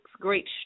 great